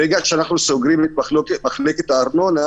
ברגע שאנחנו סוגרים את מחלקת הארנונה